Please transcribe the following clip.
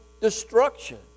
destruction